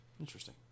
Interesting